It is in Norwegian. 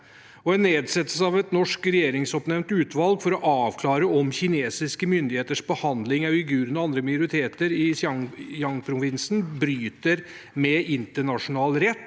En nedsettelse av et norsk regjeringsoppnevnt utvalg for å avklare om kinesiske myndigheters behandling av uigurer og andre minoriteter i Xinjiang-provinsen bryter med internasjonal rett,